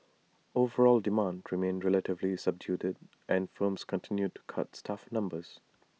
overall demand remained relatively subdued and firms continued to cut staff numbers